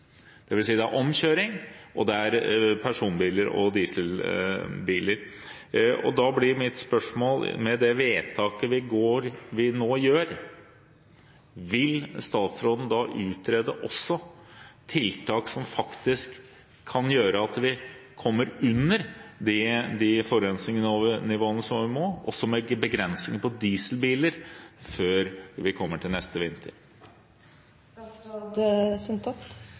Det vil si omkjøring og personbiler og dieselbiler. Da blir mitt spørsmål: Med det vedtaket vi nå fatter, vil statsråden også utrede tiltak som faktisk kan gjøre at vi kommer under de forurensningsnivåene som vi må, også med begrensning av dieselbiler, før vi kommer til neste